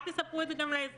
אל תספרו את זה גם לאזרחים.